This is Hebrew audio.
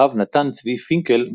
הרב נתן צבי פינקל,